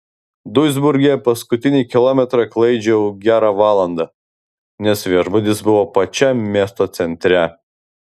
duisburge paskutinį kilometrą klaidžiojau gerą valandą nes viešbutis buvo pačiam miesto centre